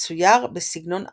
מצויר בסגנון הפוביזם,